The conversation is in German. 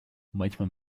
manchmal